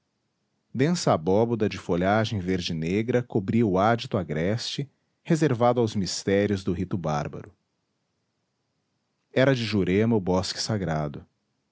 densa abóbada de folhagem verde negra cobria o ádito agreste reservado aos mistérios do rito bárbaro era de jurema o bosque sagrado